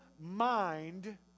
mind